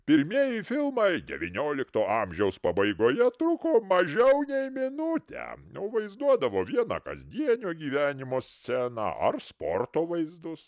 pirmieji filmai devyniolikto amžiaus pabaigoje truko mažiau nei minutę nu vaizduodavo vieną kasdienio gyvenimo sceną ar sporto vaizdus